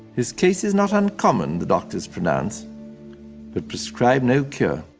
his case is not uncommon the doctors pronounce but prescribe no cure.